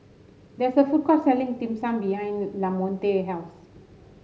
there is a food court selling Dim Sum behind Lamonte house